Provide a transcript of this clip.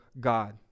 God